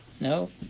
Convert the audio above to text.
No